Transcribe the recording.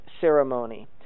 ceremony